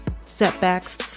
setbacks